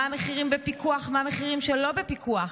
מה המחירים בפיקוח, מה המחירים שלא בפיקוח,